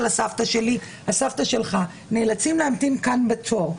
סבתא שלי והסבתא שלך נאלצים להמתין כאן בתור.